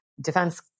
defense